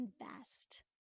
invest